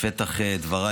בפתח דבריי,